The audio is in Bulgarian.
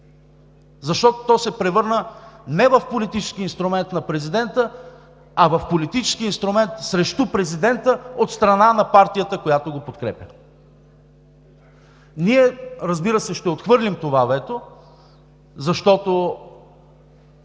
защото то се превърна не в политически инструмент на президента, а в политически инструмент срещу президента от страна на партията, която го подкрепя! Ние, разбира се, ще отхвърлим това вето, защото